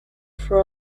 for